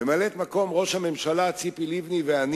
ממלאת-מקום ראש הממשלה ציפי לבני ואני